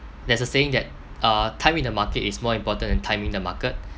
there's a saying that uh time in the market is more important than timing the market